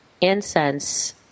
incense